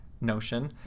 notion